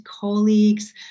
colleagues